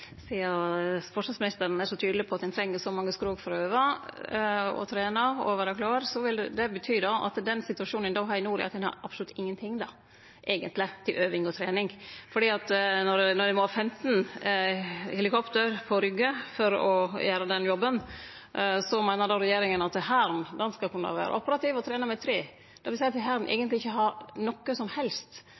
det bety at i den situasjonen ein har i nord, er det absolutt ingenting til øving og trening. Når ein må ha 15 helikopter på Rygge for å gjere den jobben, meiner regjeringa at Hæren skal vere operativ og trene med tre. Det vil seie at Hæren eigentleg ikkje har noko som helst